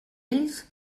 ells